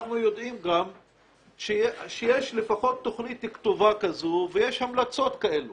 אנחנו יודעים שיש לפחות תוכנית כתובה כזו ויש המלצות כאלו